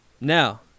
Now